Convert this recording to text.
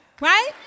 Right